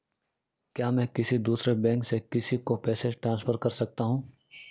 क्या मैं किसी दूसरे बैंक से किसी को पैसे ट्रांसफर कर सकता हूं?